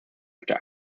after